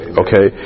okay